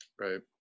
Right